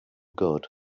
good